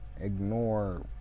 ignore